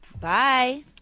Bye